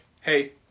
hey